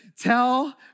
tell